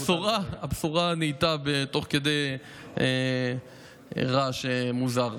הבשורה נהייתה תוך כדי רעש מוזר.